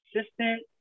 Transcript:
assistant